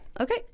okay